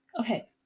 Okay